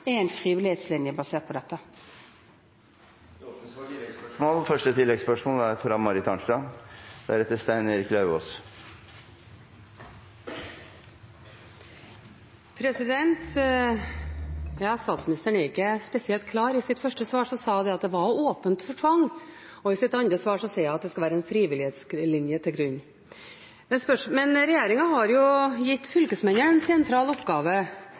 en frivillighetslinje basert på dette. Det åpnes for oppfølgingsspørsmål – først Marit Arnstad. Statsministeren er ikke spesielt klar. I sitt første svar sa hun at det var åpent for tvang, og i sitt andre svar sa hun at det skal ligge en frivillighetslinje til grunn. Men regjeringen har jo gitt fylkesmennene en sentral oppgave